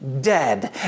dead